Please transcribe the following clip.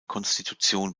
konstitution